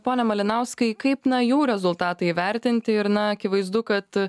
pone malinauskai kaip na jau rezultatai įvertinti ir na akivaizdu kad